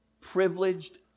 privileged